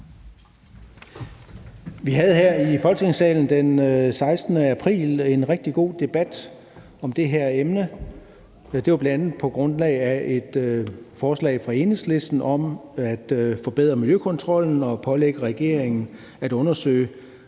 Vi havde her i Folketingssalen den 16. april en rigtig god debat om det her emne. Det var bl.a. på grundlag af et forslag fra Enhedslisten om at forbedre miljøkontrollen og pålægge regeringen at undersøge,